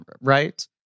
right